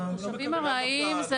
תושבים ארעיים.